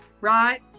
right